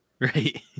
right